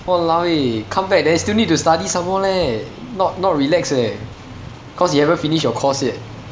!walao! eh come back then still need to study some more leh not not relax eh cause you haven't finish your course yet